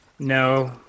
No